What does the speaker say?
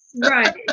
Right